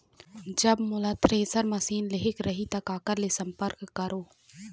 जब मोला thresher machine लेहेक रही ता काकर ले संपर्क करों?